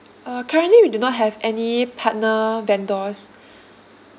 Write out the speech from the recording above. uh currently we do not have any partner vendors